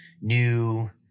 new